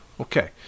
Okay